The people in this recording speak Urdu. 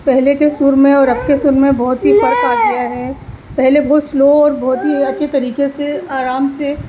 پہلے کے سر میں اور اب کے سر میں بہت ہی فرق آ گیا ہے پہلے بہت سلو اور بہت ہی اچھی طریقے سے آرام سے